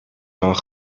van